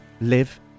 live